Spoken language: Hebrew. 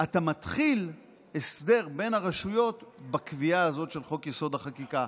אתה מתחיל הסדר בין הרשויות בקביעה הזאת של חוק-יסוד: החקיקה.